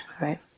right